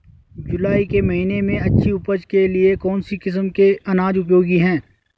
जुलाई के महीने में अच्छी उपज के लिए कौन सी किस्म के अनाज उपयोगी हैं?